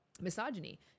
misogyny